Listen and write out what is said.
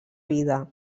vida